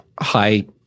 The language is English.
high